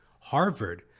Harvard